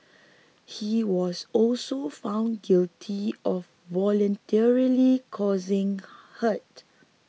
he was also found guilty of voluntarily causing hurt